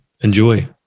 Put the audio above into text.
enjoy